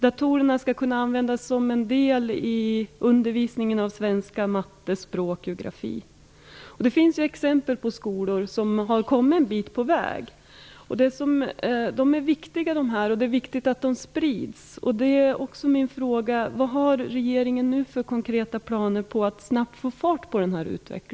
Datorerna skall kunna användas som en del i undervisningen i svenska, matematik, språk och geografi. Det finns exempel på skolor som har kommit ett stycke på väg. De är viktiga, och det är viktigt att allt fler kommer till.